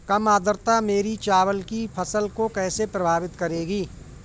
कम आर्द्रता मेरी चावल की फसल को कैसे प्रभावित करेगी?